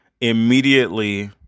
immediately